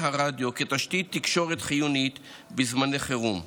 הרדיו כתשתית תקשורת חיונית בזמני חירום.